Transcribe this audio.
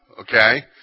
Okay